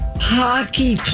hockey